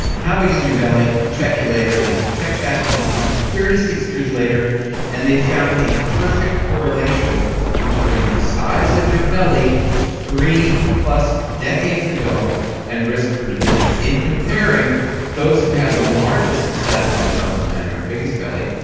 how big is your belly, check you later, they checked back with these people thirty six years later and they found a perfect correlation between the size of your belly three plus decades ago and risk for dementia. in comparing those who had the largest sagittal abdominal diameter, biggest belly,